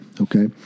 Okay